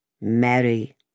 Mary